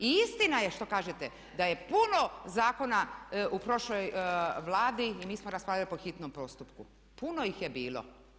I istina je što kažete da puno zakona u prošloj Vladi mi smo raspravljali po hitnom postupku, puno ih je bilo.